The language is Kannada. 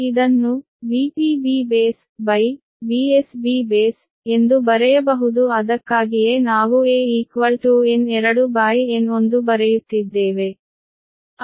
ಇದನ್ನು VpB baseVsBbase ಎಂದು ಬರೆಯಬಹುದು ಅದಕ್ಕಾಗಿಯೇ ನಾವು a N2N1 ಬರೆಯುತ್ತಿದ್ದೇವೆ